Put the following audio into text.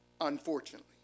unfortunately